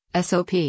SOP